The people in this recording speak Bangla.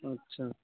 আচ্ছা